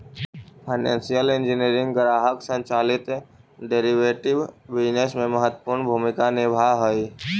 financial engineering ग्राहक संचालित derivative business में महत्वपूर्ण भूमिका निभावऽ हई